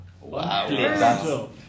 wow